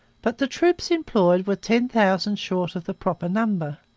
but the troops employed were ten thousand short of the proper number.